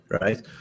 right